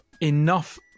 enough